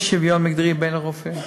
יש שוויון מגדרי בין הרופאים.